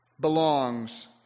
belongs